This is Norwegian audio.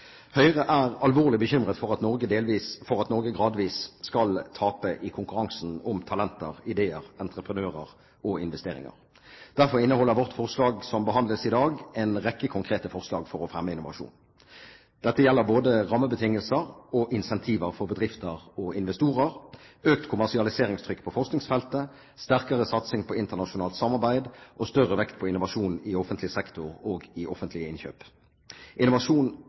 Høyre er alvorlig bekymret for at Norge gradvis skal tape i konkurransen om talenter, ideer, entreprenører og investeringer. Derfor inneholder våre forslag som behandles i dag, en rekke konkrete tiltak for å fremme innovasjon. Dette gjelder både rammebetingelser og incentiver for bedrifter og investorer, økt kommersialiseringstrykk på forskningsfeltet, sterkere satsing på internasjonalt samarbeid og større vekt på innovasjon i offentlig sektor og ved offentlige innkjøp. Innovasjon